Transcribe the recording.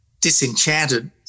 disenchanted